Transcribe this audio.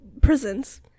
prisons